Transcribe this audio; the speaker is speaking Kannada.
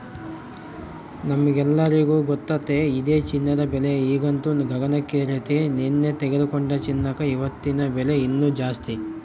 ನಮ್ಮೆಲ್ಲರಿಗೂ ಗೊತ್ತತೆ ಇದೆ ಚಿನ್ನದ ಬೆಲೆ ಈಗಂತೂ ಗಗನಕ್ಕೇರೆತೆ, ನೆನ್ನೆ ತೆಗೆದುಕೊಂಡ ಚಿನ್ನಕ ಇವತ್ತಿನ ಬೆಲೆ ಇನ್ನು ಜಾಸ್ತಿ